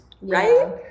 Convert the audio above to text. Right